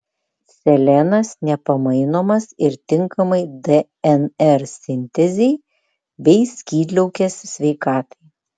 selenas nepamainomas ir tinkamai dnr sintezei bei skydliaukės sveikatai